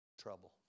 trouble